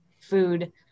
food